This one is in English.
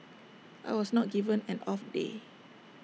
I was not given an off day